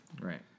Right